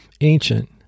ancient